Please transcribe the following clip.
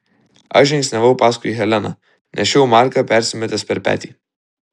aš žingsniavau paskui heleną nešiau marką persimetęs per petį